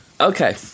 Okay